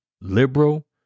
liberal